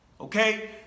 Okay